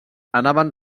anaven